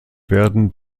werden